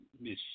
Miss